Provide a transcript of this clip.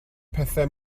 pethau